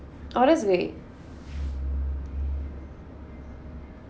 honestly